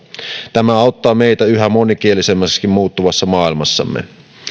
tämä auttaa meitä yhä monikielisemmäksikin muuttuvassa maailmassamme